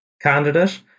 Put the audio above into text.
candidate